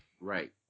Right